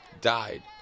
died